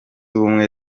ubumwe